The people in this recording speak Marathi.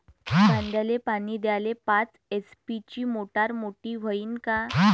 कांद्याले पानी द्याले पाच एच.पी ची मोटार मोटी व्हईन का?